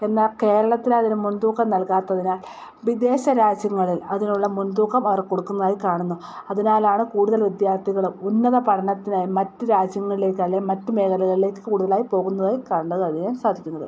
എന്നാൽ കേരളത്തിലതിനു മുൻതൂക്കം നൽകാത്തതിനാൽ വിദേശ രാജ്യങ്ങളിൽ അതിനുള്ള മുൻതൂക്കം അവർ കൊടുക്കുന്നതായി കാണുന്നു അതിനാലാണു കൂടുതൽ വിദ്യാർത്ഥികളും ഉന്നത പഠനത്തിനായി മറ്റു രാജ്യങ്ങളിലേക്ക് അല്ലെ മറ്റു മേഖലകളിലേക്ക് കൂടുതലായി പോകുന്നതായി സാധിക്കുന്നത്